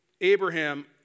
Abraham